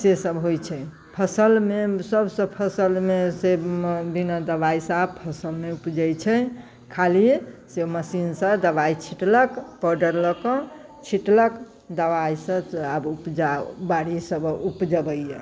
से सभ होइत छै फसलमे सभ से फसलमे से बिना दवाइ से आब फसल नहि उपजैत छै खाली से मशीन से दवाइ छीँटलक पौडर लऽ कऽ छीँटलक दवाइसँ आब उपजा बारी सभ उपजबैया